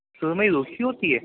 سرمئی روکھی ہوتی ہے